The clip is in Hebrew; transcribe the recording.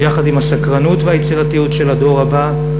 יחד עם הסקרנות והיצירתיות של הדור הבא,